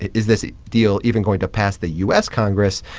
is this deal even going to pass the u s. congress?